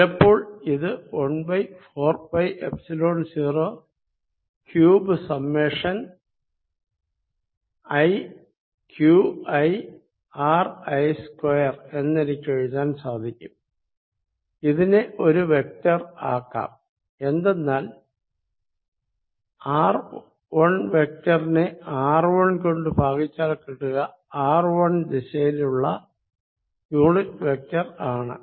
ചിലപ്പോൾ ഇത് 14πϵ0 cube summation i q iri3 എന്നെനിയ്ക്കെഴുതാൻ സാധിക്കും ഇതിനെ ഒരു വെക്ടർ ആക്കാം എന്തെന്നാൽ ri വെക്ടറിനെ ri കൊണ്ട് ഭാഗിച്ചാൽ കിട്ടുക ri ദിശയിലുള്ള യൂണിറ്റ് വെക്ടർ ആണ്